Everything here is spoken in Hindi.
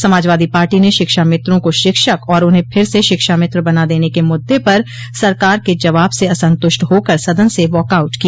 समाजवादी पार्टी ने शिक्षा मित्रों को शिक्षक और उन्हें फिर से शिक्षामित्र बना देने के मुद्दे पर सरकार के जवाब से असंतुष्ट होकर सदन से वाकआउट किया